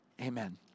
Amen